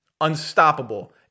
Unstoppable